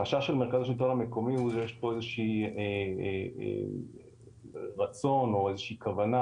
החשש של מרכז השילטון המקומי הוא שיש פה איזשהו רצון או איזושהי כוונה